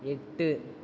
எட்டு